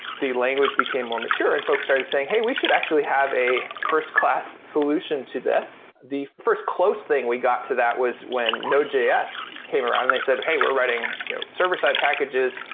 the language became more mature and folks started saying, hey, we should actually have a first-class solution to this. the first closed thing we got to that was when node js came around and they said, hey, we're writing you know server-side packages.